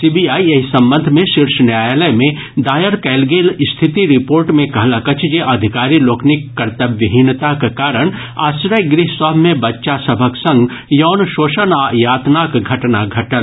CBI एहि संबंध मे शीर्ष न्यायालय मे दायर कयल गेल स्थिति रिपोर्ट मे कहलक अछि जे अधिकारी लोकनिक कर्तव्यहीनताक कारण आश्रय गृह सभ मे बच्चा सभक संग यौन शोषण आ यातनाक घटना घटल